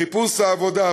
חיפוש עבודה,